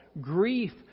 Grief